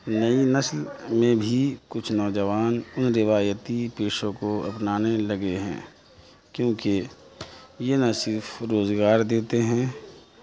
نئی نسل میں بھی کچھ نوجوان ان روایتی پیشوں کو اپنانے لگے ہیں کیونکہ یہ نہ صرف روزگار دیتے ہیں